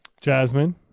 Jasmine